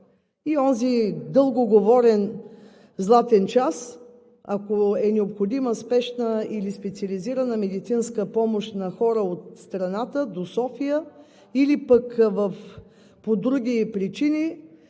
И онзи дълго говорен златен час – ако е необходима спешна или специализирана медицинска помощ на хора от страната до София, или пък по други причини,